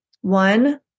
One